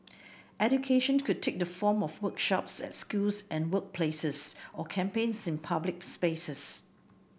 education could take the form of workshops at schools and workplaces or campaigns in public spaces